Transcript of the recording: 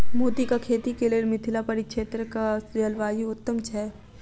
मोतीक खेती केँ लेल मिथिला परिक्षेत्रक जलवायु उत्तम छै?